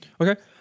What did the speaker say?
Okay